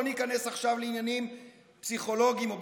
לא ניכנס עכשיו לעניינים פסיכולוגיים או,